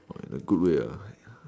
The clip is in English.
!wah! in a good way lah !aiya!